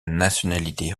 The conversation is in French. nationalité